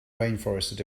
rainforests